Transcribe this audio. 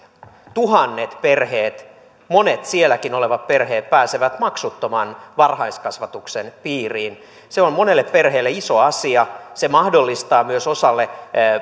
tuhannet perheet monet sielläkin olevat perheet pääsevät maksuttoman varhaiskasvatuksen piiriin se on monelle perheelle iso asia se mahdollistaa myös osalle